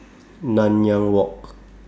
Nanyang Walk